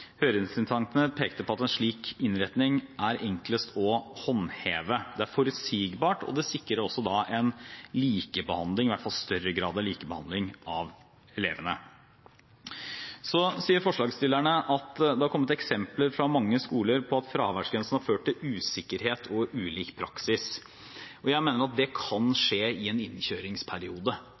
pekte på at en slik innretning er enklest å håndheve, det er forutsigbart, og det sikrer likebehandling, i hvert fall større grad av likebehandling, av elevene. Forslagsstillerne sier at det har kommet eksempler fra mange skoler på at fraværsgrensen har ført til usikkerhet og ulik praksis. Jeg mener det kan skje i en innkjøringsperiode.